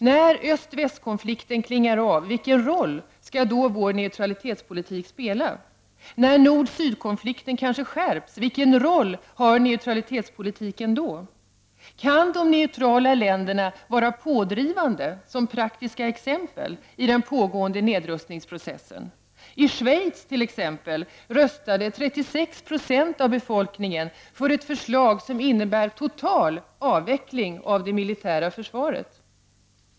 När öst-väst-konflikten klingar av, vilken roll skall då vår neutralitetspolitik spela? När nordsyd-konflikten kanske skärps, vilken roll har neutralitetspolitiken då? Kan de neutrala länderna vara pådrivande, som praktiska exempel, i den pågående nedrustningsprocessen? I Schweiz t.ex. röstade 36 20 av befolkningen för ett förslag som innebar total avveckling av det militära försvaret.